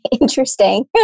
interesting